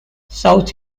south